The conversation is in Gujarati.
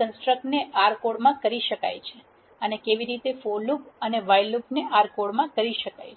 કન્સ્ટ્રક્શન્સને R માં કોડ કરી શકાય છે અને કેવી રીતે ફોર લૂપ અને વાઈલ લૂપ ને R માં કોડ કરી શકાય છે